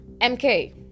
mk